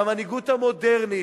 והמנהיגות המודרנית,